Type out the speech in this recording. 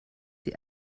die